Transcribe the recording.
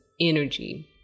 energy